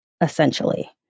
essentially